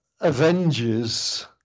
Avengers